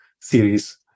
series